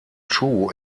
chu